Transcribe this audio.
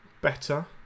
Better